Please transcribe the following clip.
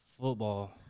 football